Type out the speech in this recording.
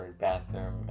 bathroom